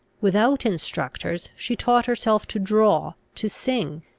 without instructors, she taught herself to draw, to sing,